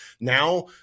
Now